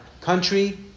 country